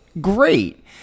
great